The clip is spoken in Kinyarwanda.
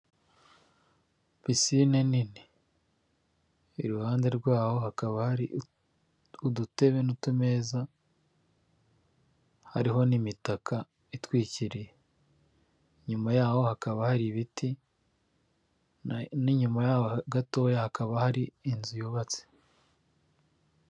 Pisinine nini iruhande rwaho hakaba hari udutebe n'utumeza, hariho n'imitaka itwikiriye, inyuma yaho hakaba hari ibiti n'inyuma ya gatoya hakaba hari inzu yubatse.